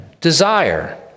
desire